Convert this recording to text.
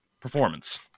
performance